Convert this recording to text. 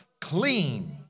clean